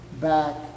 back